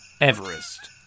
Everest